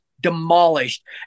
demolished